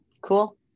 cool